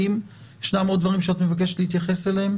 ישנם עוד דברים שאת רוצה להתייחס אליהם?